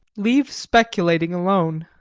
leave speculating alone.